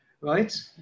right